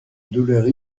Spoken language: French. douleur